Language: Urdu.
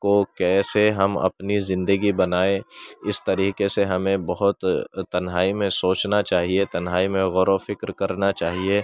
کو کیسے ہم اپنی زندگی بنائیں اس طریقے سے ہمیں بہت تنہائی میں سوچنا چاہیے تنہائی میں غور و فکر کرنا چاہیے